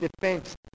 defense